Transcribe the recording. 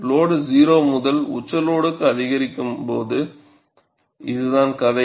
load 0 முதல் உச்ச லோடுக்கு அதிகரிக்கும் போது இது கதை